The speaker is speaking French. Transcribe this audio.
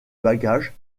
bagage